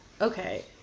Okay